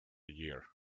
year